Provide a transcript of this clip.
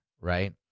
right